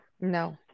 No